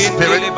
Spirit